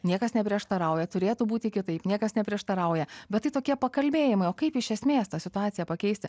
niekas neprieštarauja turėtų būti kitaip niekas neprieštarauja bet tai tokie pakalbėjimai o kaip iš esmės tą situaciją pakeisti